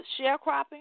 sharecropping